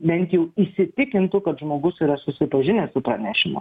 bent jau įsitikintų kad žmogus yra susipažinęs su pranešimu